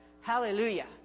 Hallelujah